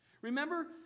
Remember